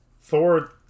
Thor